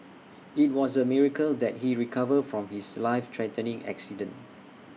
IT was A miracle that he recovered from his life threatening accident